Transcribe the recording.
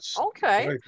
Okay